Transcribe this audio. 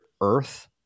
earth